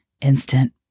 Instant